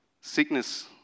Sickness